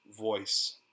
voice